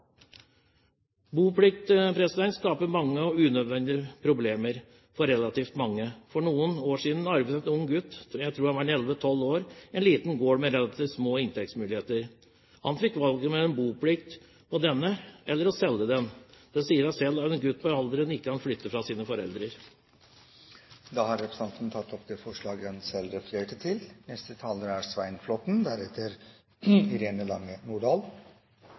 Boplikt skaper mange og unødvendige problemer for relativt mange. For noen år siden arvet en ung gutt – jeg tror han var 11–12 år – en liten gård med relativt små inntektsmuligheter. Han fikk valget mellom boplikt på denne gården eller å selge den. Det sier seg selv at en gutt på denne alderen ikke kan flytte fra sine foreldre. Representanten Per Roar Bredvold har tatt opp det forslaget han refererte til.